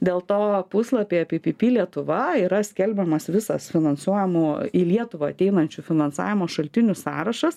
dėl to puslapyje pypypy lietuva yra skelbiamas visas finansuojamų į lietuvą ateinančių finansavimo šaltinių sąrašas